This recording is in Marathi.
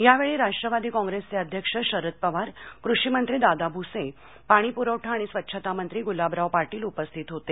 या वेळी राष्ट्रवादी कॉप्रेसचे अध्यक्ष शरद पवार कृषीमंत्री दादा भूसे पाणी पुरवठा आणि स्वच्छता मंत्री तथा संपर्कमंत्री गुलाबराव पाटील उपस्थित होते